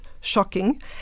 shocking